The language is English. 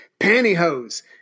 pantyhose